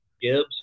Gibbs